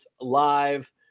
live